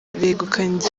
begukanye